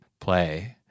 play